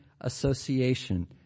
Association